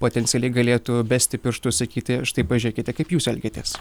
potencialiai galėtų besti pirštu sakyti štai pažiūrėkite kaip jūs elgiatės